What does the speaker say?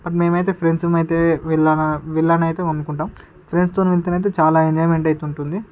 but మేమైతే friends అయితే విల్లనా విల్లాను అయితే కొనుక్కుంటాం ఫ్రెండ్స్తోనైతే చాలా ఎంజాయ్మెంట్ ఉంటుంది